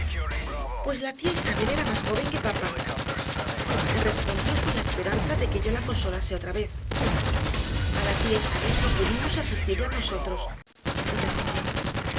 pues la tía isabel era más joven que papá respondió con la esperanza de que yo la consolase otra vez a la tía isabel no pudimos asistirla nosotros repliqué